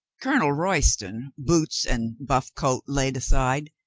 colonel royston, boots and buff coat laid aside,